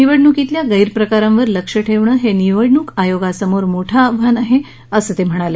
निवडुकीतल्या गैरप्रकारांवर लक्ष ठेवणं हे निवडणूक आयोगासमोर मोठं आव्हान आहेअसं ते म्हणाले